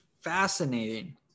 fascinating